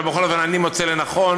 אבל בכל אופן אני מוצא לנכון,